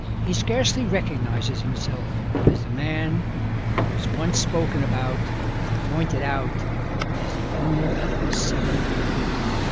he scarcely recognises himself as the man who was once spoken about and pointed out as the owner of the seventh pullet.